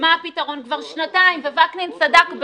הצענו שבע.